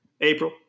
April